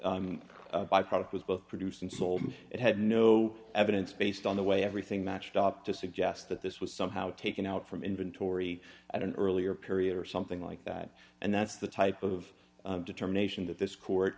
by product was both produced and sold it had no evidence based on the way everything matched up to suggest that this was somehow taken out from inventory at an earlier period or something like that and that's the type of determination that this